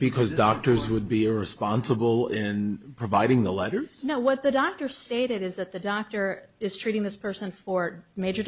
because doctors would be irresponsible in providing the letter know what the doctor stated is that the doctor is treating this person for major